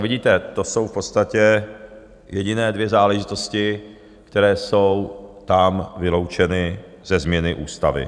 Vidíte, to jsou v podstatě jediné dvě záležitosti, které jsou tam vyloučeny ze změny ústavy.